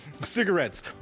Cigarettes